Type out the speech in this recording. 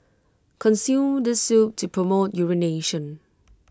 consume this soup to promote urination